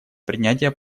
принятия